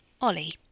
Ollie